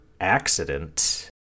accident